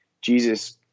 jesus